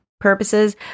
purposes